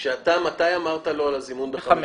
כשאתה, מתי אמרת לו על הזימון ב-17:30?